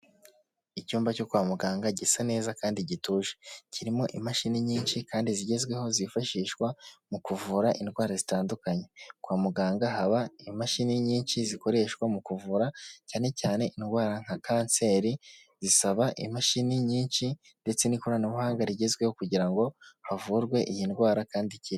Icyumba cyo kwa muganga gisa neza kandi gituje kirimo imashini nyinshi kandi zigezweho zifashishwa mu kuvura indwara zitandukanye, kwa muganga haba imashini nyinshi zikoreshwa mu kuvura cyane cyane indwara nka kanseri zisaba imashini nyinshi ndetse n'ikoranabuhanga rigezweho kugira ngo havurwe iyi ndwara kandi ikire.